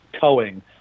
towing